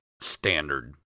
standard